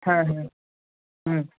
হ্যাঁ হ্যাঁ হুম